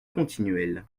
continuels